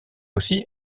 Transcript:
aussi